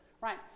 Right